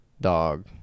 dog